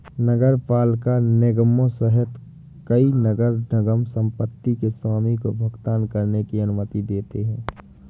नगरपालिका निगमों सहित कई नगर निगम संपत्ति के स्वामी को भुगतान करने की अनुमति देते हैं